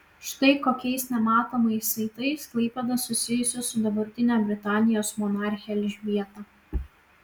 štai kokiais nematomais saitais klaipėda susijusi su dabartine britanijos monarche elžbieta